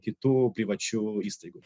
kitų privačių įstaigų